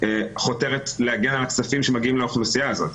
חותרת להגן על הכספים שמגיעים לאוכלוסייה הזאת.